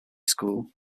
school